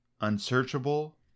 unsearchable